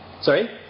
sorry